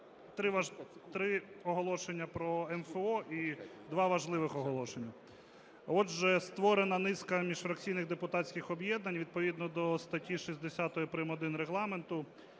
три оголошення про МФО і два важливих оголошення. Отже, створена низка міжфракційних депутатських об'єднань відповідно до статті 60 прим.1 Регламенту.